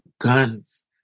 guns